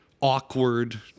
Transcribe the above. awkward